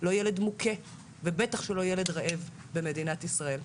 לא ילד מוכה ובטח לא ילד רעב במדינת ישראל.